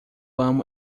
amo